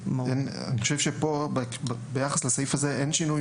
אני חושב שביחס לסעיף הזה אין שינוי